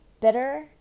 bitter